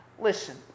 Listen